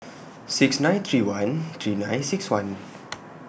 six nine three one three nine six one